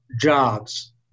jobs